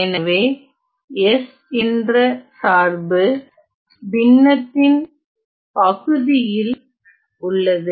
எனவே s என்ற சார்பு பின்னத்தின் பகுதியில் உள்ளது